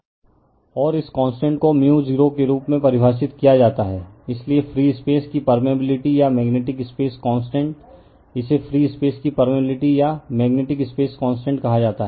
refer slide time 0614 और इस constant को μ 0 के रूप में परिभाषित किया जाता है इसलिए फ्री स्पेस की पर्मेअबिलिटी या मेग्नेटिक स्पेस कांस्टेंट इसे फ्री स्पेस की पर्मेअबिलिटी या मेग्नेटिक स्पेस कांस्टेंट कहा जाता है